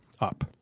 up